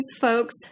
folks